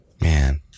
Man